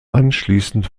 anschließend